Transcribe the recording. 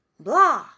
blah